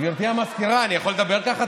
גברתי המזכירה, אני יכול לדבר ככה?